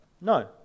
No